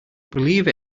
believe